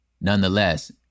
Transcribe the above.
Nonetheless